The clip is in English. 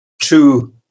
Two